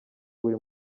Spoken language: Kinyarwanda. buri